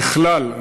ככלל,